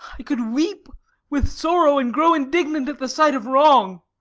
i could weep with sorrow, and grow indignant at the sight of wrong.